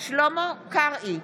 שלמה קרעי,